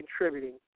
contributing